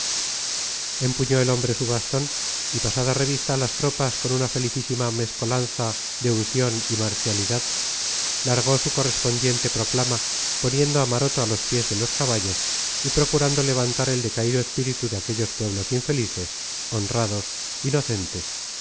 el hombre su bastón y pasada revista a las tropas con una felicísima mezcolanza de unción y marcialidad largó su correspondiente proclama poniendo a maroto a los pies de los caballos y procurando levantar el decaído espíritu de aquellos pueblos infelices honrados inocentes